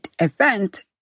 event